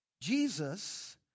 Jesus